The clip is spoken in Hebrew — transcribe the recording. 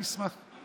אני אשמח,